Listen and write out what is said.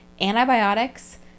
antibiotics